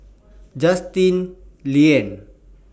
Justin Lean